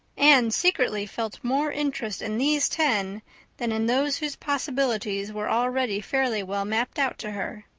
anne secretly felt more interest in these ten than in those whose possibilities were already fairly well mapped out to her.